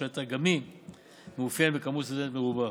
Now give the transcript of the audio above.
שהייתה גם היא מאופיינת בכמות סטודנטים מרובה.